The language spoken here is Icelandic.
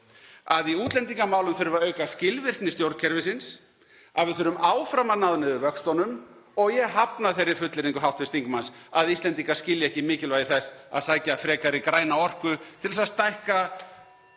að í útlendingamálum þurfi að auka skilvirkni stjórnkerfisins, að við þurfum áfram að ná niður vöxtunum og ég hafna þeirri fullyrðingu hv. þingmanns að Íslendingar skilji ekki mikilvægi þess að sækja frekari græna orku (Forseti hringir.)